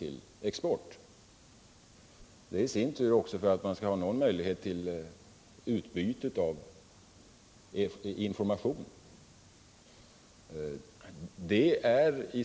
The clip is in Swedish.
Samma förutsättning gäller också om man skall ha någon möjlighet till utbyte av information på området.